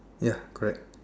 ya correct